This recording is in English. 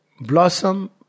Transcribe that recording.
blossom